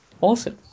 awesome